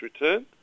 return